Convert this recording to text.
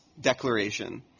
declaration